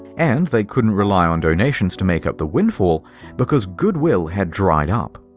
and they couldn't rely on donations to make up the windfall because good will had dried up.